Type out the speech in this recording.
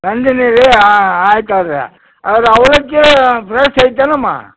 ನಂದಿನಿ ರೀ ಆಯ್ತದೆ ರೀ ಅದು ಅವಲಕ್ಕಿ ಫ್ರೆಷ್ ಐತೆ ಏನಮ್ಮ